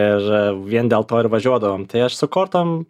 ir vien dėl to ir važiuodavom tai aš su kortom